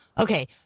Okay